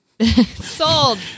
Sold